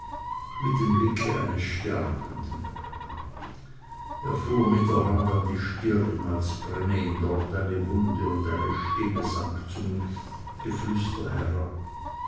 mit dem blicke eines sterbenden er fuhr mit der hand an die stirn als brenne ihn dort eine wunde und seine stimme sank zum geflüster herab